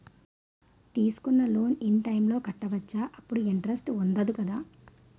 తీసుకున్న loan in time లో కట్టవచ్చ? అప్పుడు ఇంటరెస్ట్ వుందదు కదా?